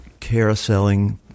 carouseling